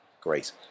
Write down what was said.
great